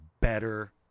better